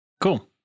Cool